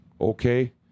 okay